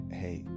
hey